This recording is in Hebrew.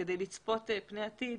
כדי לצפות פני עתיד